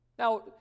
Now